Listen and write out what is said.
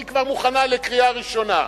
היא כבר מוכנה לקריאה ראשונה.